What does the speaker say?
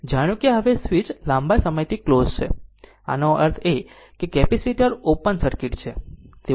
હવે સ્વીચ લાંબા સમયથી ક્લોઝ છે આનો અર્થ એ કે આ કેપેસિટર ઓપન સર્કિટ છે